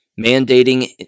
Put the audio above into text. Mandating